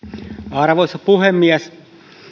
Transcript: arvoisa puhemies